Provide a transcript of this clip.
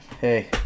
hey